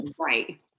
Right